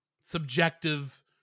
Subjective